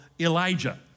Elijah